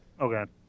Okay